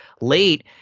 late